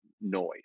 noise